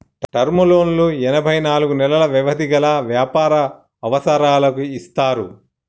term లోన్లు ఎనభై నాలుగు నెలలు వ్యవధి గల వ్యాపార అవసరాలకు ఇస్తారు